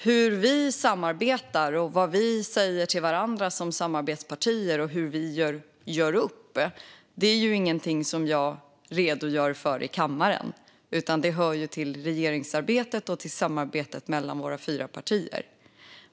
Hur vi samarbetar, vad vi säger till varandra som samarbetspartier och hur vi gör upp är ju ingenting som jag redogör för i kammaren, utan det hör till regeringsarbetet och till samarbetet mellan våra fyra partier.